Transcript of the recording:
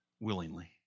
willingly